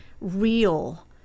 real